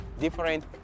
different